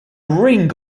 ring